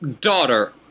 Daughter